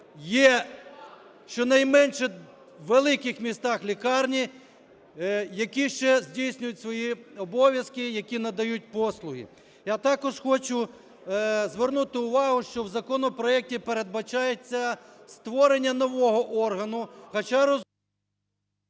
є щонайменше у великих містах лікарні, які ще здійснюють свої обов'язки, які надають послуги. Я також хочу звернути увагу, що в законопроекті передбачається створення нового органу, хоча… ГОЛОВУЮЧИЙ.